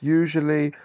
usually